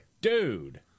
Dude